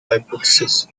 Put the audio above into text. hypothesis